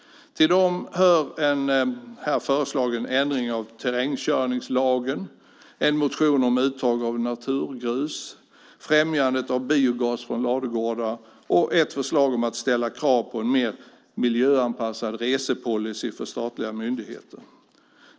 Till dem hör en föreslagen ändring av terrängkörningslagen, en motion om uttag av naturgrus, främjandet av biogas från ladugårdar och ett förslag om att ställa krav på en mer miljöanpassad resepolicy för statliga myndigheter.